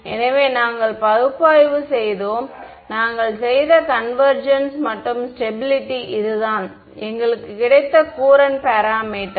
எனவே நாங்கள் பகுப்பாய்வு செய்தோம் நாங்கள் செய்த கன்வேர்ஜென்ஸ் மற்றும் ஸ்டெபிளிட்டி இதுதான் எங்களுக்குக் கிடைத்த கூரண்ட் பேராமீட்டர்